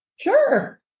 Sure